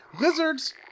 lizards